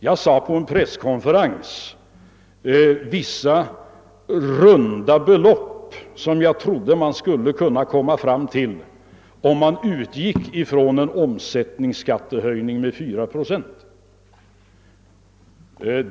Jag nämnde på en presskonferens vissa runda belopp, som jag trodde att man skulle kunna komma fram till, om man utgick från en mervärdeskattehöjning på 4 procent.